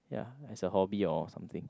ya as a hobby or something